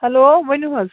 hello ؤنِو حظ